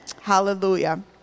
Hallelujah